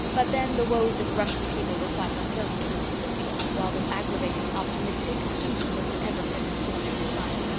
but then the woes of the russian people were quite unknown to cousin sophia, while this aggravating, optimistic susan was an ever-present thorn in her side.